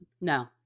No